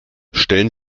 stellen